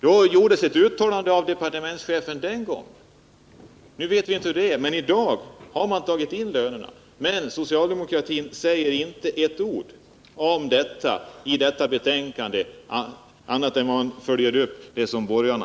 Det gjordes ett uttalande av departementschefen den gången. Nu vet vi inte hur det är. I dag har man dragit in lönerna, men socialdemokraterna säger inte ett ord om detta i det här betänkandet. Man följer bara borgarna.